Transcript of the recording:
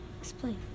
Explain